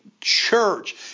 church